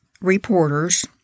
reporters